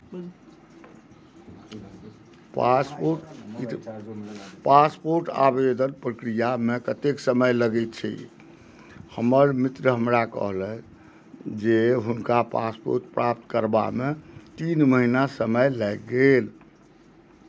passport passport आवेदन प्रक्रियामे कतेक समय लगैत छैक हमर मित्र हमरा कहलथि जे हुनका पासपोर्ट प्राप्त करबामे तीन महीना समय लागि गेल